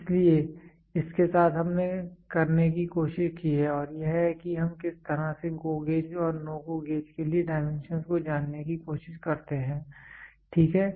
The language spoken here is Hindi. इसलिए इसके साथ हमने करने की कोशिश की है और यह है कि हम किस तरह से GO गेज और NO GO गेज के लिए डाइमेंशंस को जानने की कोशिश करते हैं ठीक है